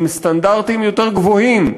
עם סטנדרטים יותר גבוהים,